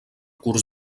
curs